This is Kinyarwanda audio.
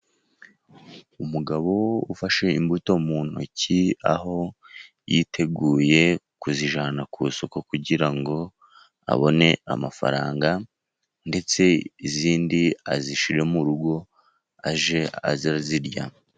Umugabo ufashe imbuto mu ntoki, aho yiteguye kuzijyana ku isuko, kugira ngo abone amafaranga, ndetse izindi azishyire mu rugo ajye azirya.